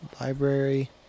Library